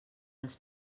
les